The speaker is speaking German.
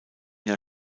jahr